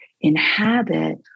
inhabit